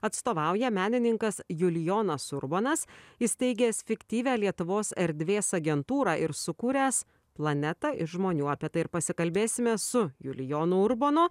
atstovauja menininkas julijonas urbonas įsteigęs fiktyvią lietuvos erdvės agentūrą ir sukūręs planetą iš žmonių apie tai pasikalbėsime su julijonu urbonu